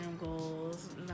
goals